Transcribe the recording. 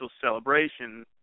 celebration